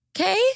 okay